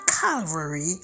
Calvary